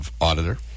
auditor